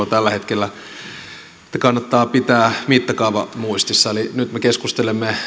tällä hetkellä että kannattaa pitää mittakaava muistissa eli nyt me keskustelemme